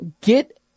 get